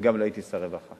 וגם לא הייתי שר רווחה.